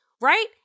right